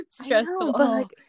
Stressful